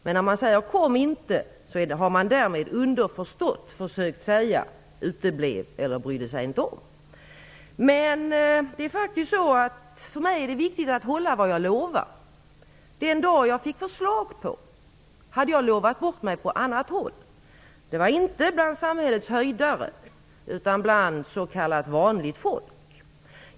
Men när man säger att jag "inte kom" har man därmed underförstått försökt säga att jag uteblev eller inte brydde mig om att komma. För mig är det viktigt att hålla vad jag lovar. Den dag jag fick förslag på hade jag lovat bort mig på annat håll. Det var inte bland samhällets höjdare, utan bland s.k. vanligt folk.